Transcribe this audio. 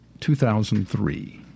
2003